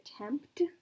attempt